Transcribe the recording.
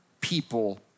people